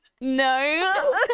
No